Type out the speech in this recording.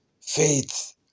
Faith